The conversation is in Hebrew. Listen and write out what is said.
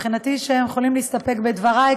מבחינתי הם יכולים להסתפק בדברי,